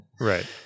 Right